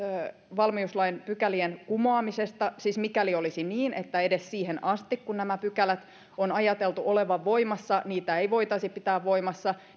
valmiuslain pykälien kumoamisesta siis mikäli olisi niin että edes siihen asti kun näiden pykälien on ajateltu olevan voimassa niitä ei voitaisi pitää voimassa